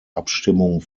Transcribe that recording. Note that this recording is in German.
abstimmung